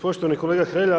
Poštovani kolega Hrelja.